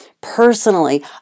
Personally